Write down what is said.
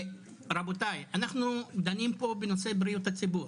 רבותיי, אנחנו דנים פה בנושא בריאות הציבור.